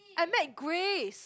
I met Grace